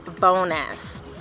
bonus